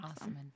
Awesome